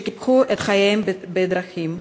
שקיפחו את חייהם בדרכים.